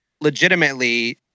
legitimately